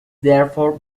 therefore